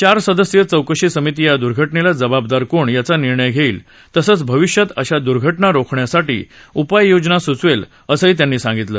चार सदस्यीय चौकशी समिती या दुर्घटनव्ना जबाबदार कोण याचा निर्णय घईल तसंच भाविष्यात अशा दुर्घटना रोखण्यासाठी उपाययोजना सुचवव्न असंही त्यांनी सांगितलं